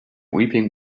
weeping